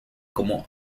como